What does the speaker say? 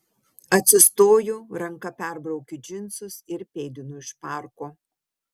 atsistoju ranka perbraukiu džinsus ir pėdinu iš parko